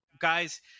Guys